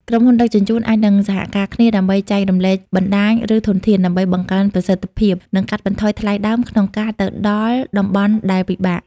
ក្រុមហ៊ុនដឹកជញ្ជូនអាចនឹងសហការគ្នាដើម្បីចែករំលែកបណ្តាញ ឬធនធាន ដើម្បីបង្កើនប្រសិទ្ធភាព និងកាត់បន្ថយថ្លៃដើមក្នុងការទៅដល់តំបន់ដែលពិបាក។